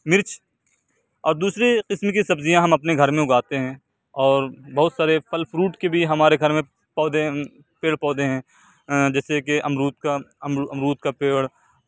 مرچ اور دوسری قسم کی سبزیاں ہم اپنے گھر میں اگاتے ہیں اور بہت سارے پھل فروٹ کے بھی ہمارے گھر میں پودے پیڑ پودے ہیں جیسے کہ امرود کا امرود کا پیڑ